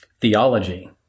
theology